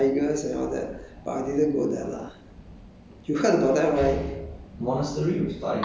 yeah there and there's also a a monastery where there's tigers and all that but I didn't go there lah